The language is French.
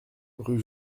rue